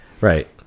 Right